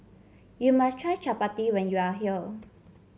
you must try Chapati when you are here